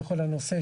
וכל הנושא,